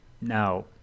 now